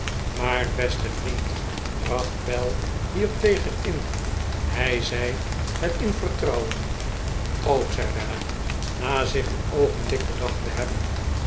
maar beste vriend bracht pell hiertegen in hij zei het in vertrouwen zei weller na zich een oogenblik bedacht te hebben